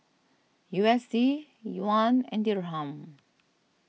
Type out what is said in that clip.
U S D Yuan and Dirham